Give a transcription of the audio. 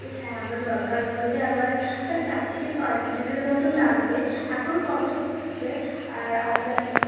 এই হ্যাঁ আমার দরকার বলতে আমার চার থেকে পাঁচ লিটারের মতো লাগবে এখন কম সমই লাগবে আর আপনাদের